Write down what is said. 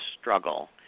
struggle